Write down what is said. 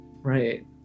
right